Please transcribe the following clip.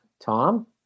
Tom